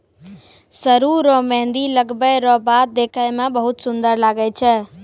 सरु रो मेंहदी लगबै रो बाद देखै मे बहुत सुन्दर लागै छै